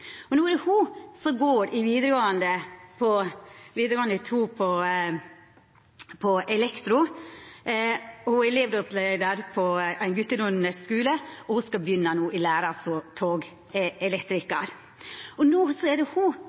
No er det ho som går i vidaregåande skule, på Vg2 elektrofag. Ho er elevrådsleiar der, på ein gutedominert skule, og ho skal no begynna i lære som togelektrikar. No er det ho